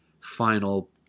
final